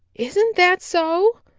isn't that so?